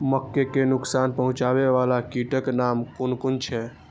मके के नुकसान पहुँचावे वाला कीटक नाम कुन कुन छै?